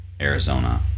Arizona